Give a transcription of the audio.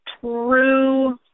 True